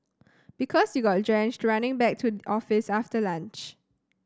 because you got drenched running back to office after lunch